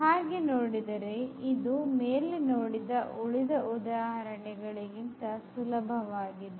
ಹಾಗೆ ನೋಡಿದರೆ ಇದು ಮೇಲೆ ನೋಡಿದ ಉಳಿದ ಉದಾಹರಣೆ ಗಳಿಗಿಂತ ಸುಲಭವಾಗಿದೆ